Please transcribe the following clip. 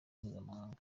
mpuzamahanga